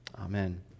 Amen